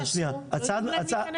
מה הם יעשו, לא יתנו להם להיכנס?